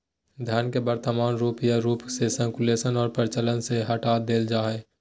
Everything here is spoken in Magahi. धन के वर्तमान रूप या रूप के सर्कुलेशन और प्रचलन से हटा देल जा हइ